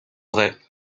vrai